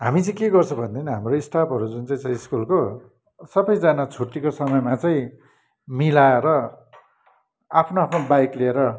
हामी चाहिँ के गर्छौँ भनेदेखि हाम्रो स्टाफहरू जुन चाहिँ छ स्कुलको सबैजना छुट्टीको समयमा चाहिँ मिलाएर आफ्नो आफ्नो बाइक लिएर